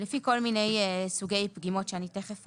לפי כל מיני סוגי פגימות שאני תכף אקריא.